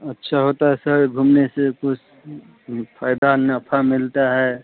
अच्छा होता है सर घूमने से कुछ फ़ायदा नफ़ा मिलता है